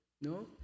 No